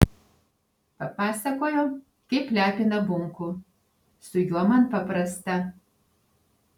papasakojo kaip lepina bunkų su juo man paprasta